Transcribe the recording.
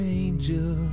angel